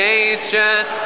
ancient